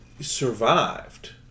survived